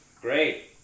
Great